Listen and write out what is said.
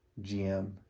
GM